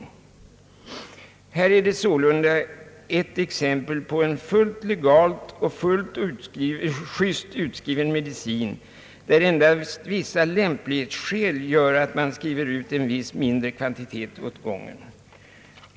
Detta exempel visar hur förhållandena kan te sig vid en fullt legalt och juste utskriven medicin, varvid endast vissa lämplighetsskäl gör att man skriver ut en viss mindre kvantitet åt gången.